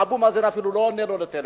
אבו מאזן אפילו לא עונה לו לטלפון.